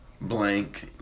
blank